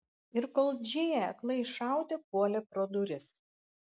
ir kol džėja aklai šaudė puolė pro duris